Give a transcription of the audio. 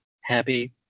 happy